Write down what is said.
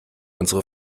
unsere